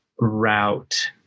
route